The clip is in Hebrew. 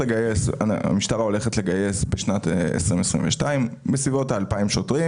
המשטרה הולכת לגייס בשנת 2022 בסביבות ה-2,000 שוטרים